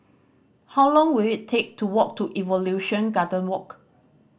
how long will it take to walk to Evolution Garden Walk